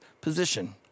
position